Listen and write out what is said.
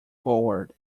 forward